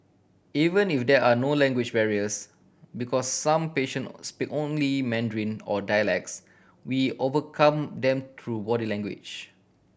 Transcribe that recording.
even if there are no language barriers because some patient speak only Mandarin or dialects we overcome them through body language